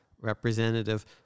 representative